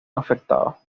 afectados